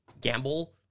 gamble